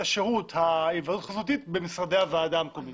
שירות ההיוועדות החזותית במשרדי הוועדה המקומית.